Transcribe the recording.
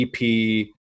EP